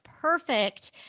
perfect